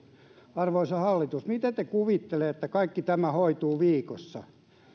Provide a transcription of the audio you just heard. arvoisa hallitus miten te kuvittelette että kaikki tämä hoituu viikossa